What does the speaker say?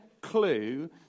clue